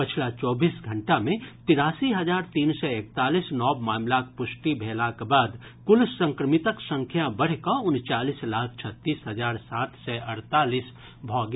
पछिला चौबीस घंटा मे तिरासी हजार तीन सय एकतालीस नव मामिलाक पुष्टि भेलाक बाद कुल संक्रमितक संख्या बढ़िकऽ उनचालीस लाख छत्तीस हजार सात सय अड़तालीस भऽ गेल